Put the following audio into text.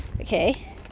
okay